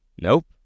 Nope